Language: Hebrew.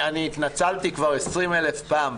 התנצלתי כבר 20,000 פעם,